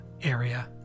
area